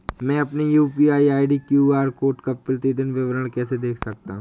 मैं अपनी UPI QR code का प्रतीदीन विवरण कैसे देख सकता हूँ?